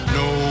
no